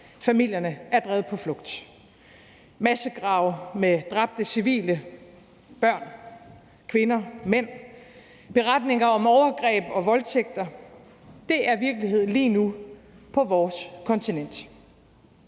familierne er drevet på flugt. Der er massegrave med dræbte civile – børn, kvinder og mænd – beretninger om overgreb og voldtægter. Det er virkelighed lige nu på vores kontinent.